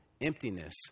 emptiness